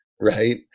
right